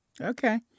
Okay